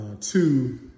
Two